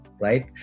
right